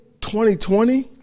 2020